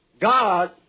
God